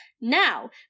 now